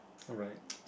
alright